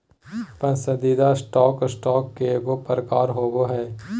पसंदीदा stock, stock के एगो प्रकार होबो हइ